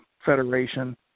Federation